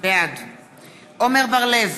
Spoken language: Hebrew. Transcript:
בעד עמר בר-לב,